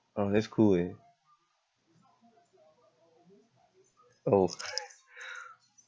oh that's cool eh oh